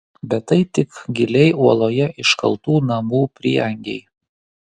bet tai tik giliai uoloje iškaltų namų prieangiai